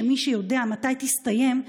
שמי יודע מתי תסתיים,